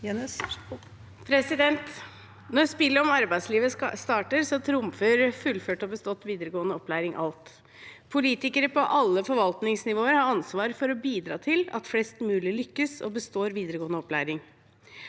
Når spillet om ar- beidslivet starter, trumfer fullført og bestått videregående opplæring alt. Politikere på alle forvaltningsnivåer har ansvar for å bidra til at flest mulig lykkes og består videregående opplæring.